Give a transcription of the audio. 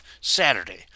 Saturday